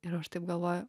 ir aš taip galvoju